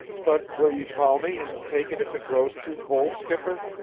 but will you call me and take it if it grows too cold, skipper?